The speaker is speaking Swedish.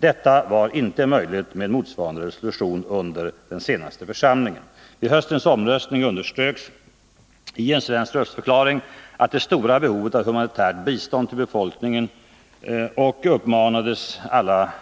Detta var inte möjligt med motsvarande resolution under den senaste församlingen. Vid höstens omröstning underströks i en svensk röstförklaring det stora behovet av humanitärt bistånd till befolkningen och uppmanades alla